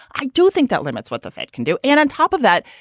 i do think that limits what the fed can do. and on top of that,